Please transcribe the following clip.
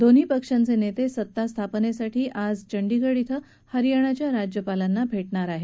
दोन्ही पक्षांचे नेते सत्ता स्थापनेसाठी आज चंदीगड इथं हरयाणाच्या राज्यपालांना भेटणार आहेत